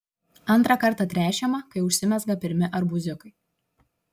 antrą kartą tręšiama kai užsimezga pirmi arbūziukai